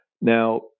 Now